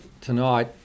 tonight